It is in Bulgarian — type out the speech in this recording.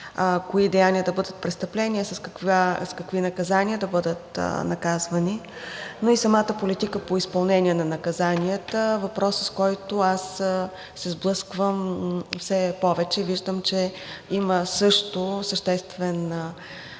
кои деяния да бъдат престъпления, с какви наказания да бъдат наказвани, но и самата политика по изпълнение на наказанията. Въпрос, с който аз се сблъсквам, и все повече виждам, че също има съществен дял